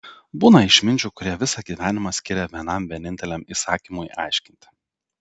būna išminčių kurie visą gyvenimą skiria vienam vieninteliam įsakymui aiškinti